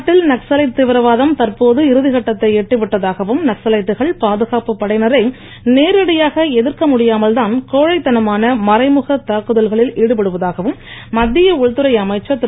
நாட்டில் நக்சலைட் தீவிரவாதம் தற்போது இறுதிகட்டத்தை எட்டி விட்டதாகவும் நக்சலைட்டுகள் பாதுகாப்பு படையினரை நேரடியாக எதிர்க்க முடியாமல் தான் கோழைத்தனமான மறைமுக தாக்குதல்களில் சடுபடுவதாகவும் மத்திய உள்துறை அமைச்சர் திரு